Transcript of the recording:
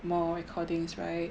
more recordings right